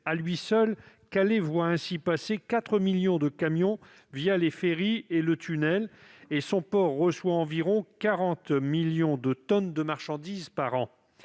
le site de Calais voit ainsi passer 4 millions de camions les ferries et le tunnel, et son port reçoit environ 40 millions de tonnes de marchandises par an.